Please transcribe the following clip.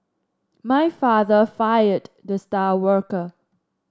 my father fired the star worker